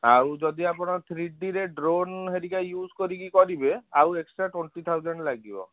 ଆଉ ଯଦି ଆପଣ ଥ୍ରୀଡ଼ିରେ ଡ୍ରୋନ୍ ହେରିକା ୟ୍ୟୁଜ୍ କରିକି କରିବେ ଆଉ ଏକ୍ସଟ୍ରା ଟ୍ୱେଣ୍ଟି ଥାଉଜେଣ୍ଡ ଲାଗିବ